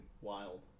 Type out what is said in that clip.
wild